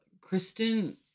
Kristen